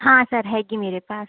हाँ सर होगी मेरे पास